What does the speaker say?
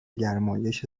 گرمایش